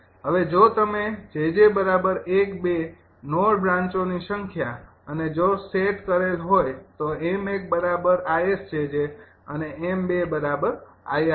હવે જો તમે 𝑗𝑗૧ ૨ નોડ બ્રાંચોની સંખ્યા અને જો સેટ કરેલ હોય તો 𝑚૧𝐼𝑆𝑗𝑗 અને 𝑚૨𝐼𝑅𝑗𝑗